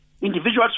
individuals